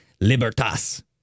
Libertas